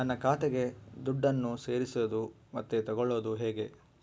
ನನ್ನ ಖಾತೆಗೆ ದುಡ್ಡನ್ನು ಸೇರಿಸೋದು ಮತ್ತೆ ತಗೊಳ್ಳೋದು ಹೇಗೆ?